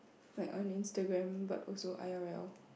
like on Instagram but also I_R_L